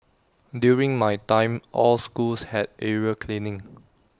during my time all schools had area cleaning